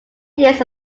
years